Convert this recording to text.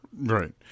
Right